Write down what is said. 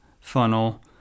funnel